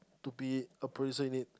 to be a producer in it